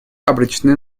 обречены